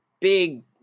big